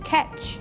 Catch